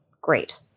great